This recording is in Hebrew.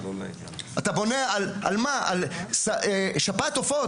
אתה מדבר על שפעת עופות?